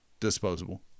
Disposable